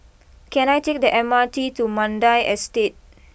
can I take the M R T to Mandai Estate